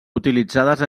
utilitzades